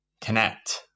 connect